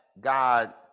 God